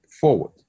forward